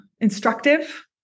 instructive